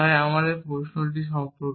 তাই আমাদের প্রশ্নটি সম্পর্কে